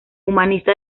humanista